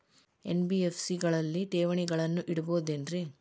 NBFC ಗಳಲ್ಲಿ ಠೇವಣಿಗಳನ್ನು ಇಡಬಹುದೇನ್ರಿ?